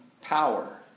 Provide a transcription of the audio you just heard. power